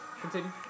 Continue